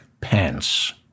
Pence